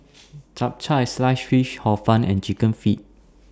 Chap Chai Siced Fish Hor Fun and Chicken Feet